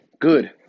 good